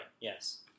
yes